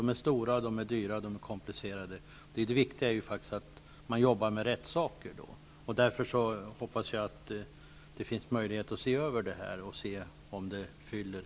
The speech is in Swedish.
De är stora, dyra och komplicerade. Det viktiga är faktiskt att man då jobbar med rätt saker. Därför hoppas jag att det finns möjlighet att se över om kraven uppfylls.